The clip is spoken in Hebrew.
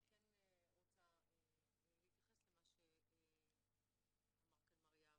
אני כן רוצה להתייחס למה שאמר כאן מר יעבץ.